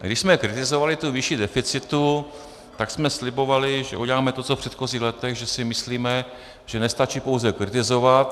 Když jsme kritizovali výši deficitu, tak jsme slibovali, že uděláme to, co v předchozích letech, že si myslíme, že nestačí pouze kritizovat.